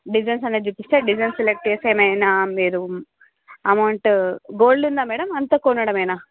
designs అనేవి చూపిస్తాం design select చేసి ఏమైనా మీరు అమౌంట్ గోల్డ్ ఉందా మేడమ్ అంతా కొనడమేనా